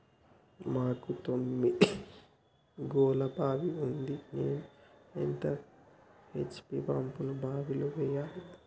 మాకు తొమ్మిది గోళాల బావి ఉంది నేను ఎంత హెచ్.పి పంపును బావిలో వెయ్యాలే?